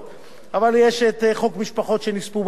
אבל יש חוק משפחות חיילים שנספו במערכה,